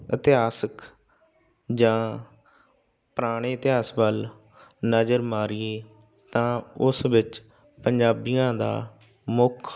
ਇਤਿਹਾਸਿਕ ਜਾਂ ਪੁਰਾਣੇ ਇਤਿਹਾਸ ਵੱਲ ਨਜ਼ਰ ਮਾਰੀਏ ਤਾਂ ਉਸ ਵਿੱਚ ਪੰਜਾਬੀਆਂ ਦਾ ਮੁੱਖ